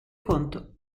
conto